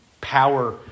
power